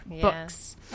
books